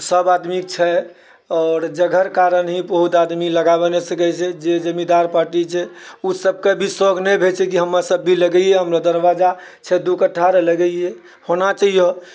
सभ आदमी छै आओर जगहके कारण ही बहुत आदमी लगाबै नहि सकैत छै जे जमीन्दार पार्टी छै ओ सभकेँ भी शौक नहि रहैत छै कि हम सभ भी लगैऐ हमरो दरवाजा छै दू कट्ठा जे लगैऐ होना चाहिए